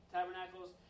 Tabernacles